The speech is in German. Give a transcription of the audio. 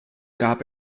gab